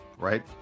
right